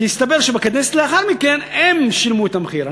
כי הסתבר שבכנסת לאחר מכן הם שילמו את המחיר.